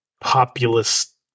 populist